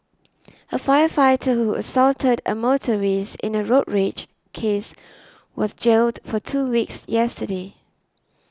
a firefighter who assaulted a motorist in a road rage case was jailed for two weeks yesterday